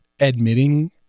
admitting